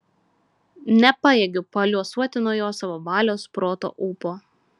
nepajėgiu paliuosuoti nuo jo savo valios proto ūpo